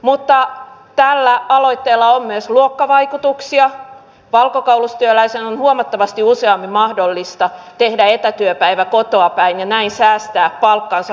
otamme täällä aloitellaan myös luokkavaikutuksia valkokaulustyöläisen huomattavasti useammin mahdollista tehdä etätyöpäivä kotoapäin ja näin säästää palkkaansa